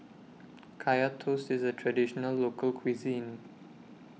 Kaya Toast IS A Traditional Local Cuisine